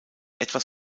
etwas